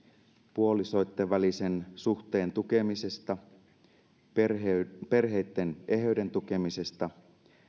puolisoitten välisen suhteen tukemisesta perheitten eheyden tukemisesta